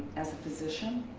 as a physician,